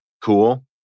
cool